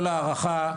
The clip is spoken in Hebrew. עם כל ההערכה,